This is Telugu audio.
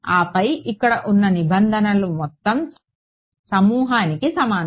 ఆపై ఇక్కడ ఉన్న నిబంధనల మొత్తం సమూహానికి సమానం